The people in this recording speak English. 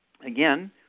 again